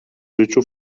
życiu